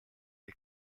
dei